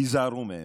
היזהרו מהם.